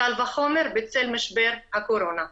קל וחומר בצל משבר הקורונה.